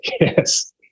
Yes